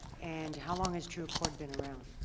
and how long has trueaccord been around?